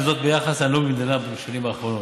וזאת ביחס לנהוג במדינה בשנים האחרונות,